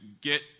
get